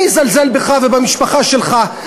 אני אזלזל בך ובמשפחה שלך,